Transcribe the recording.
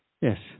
yes